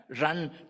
Run